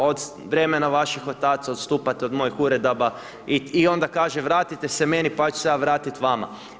Od vremena vaših otaca odstupate od mojih uredaba i onda kaže vratite se meni pa ću se ja vratiti vama.